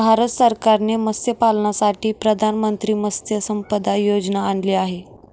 भारत सरकारने मत्स्यपालनासाठी प्रधानमंत्री मत्स्य संपदा योजना आणली आहे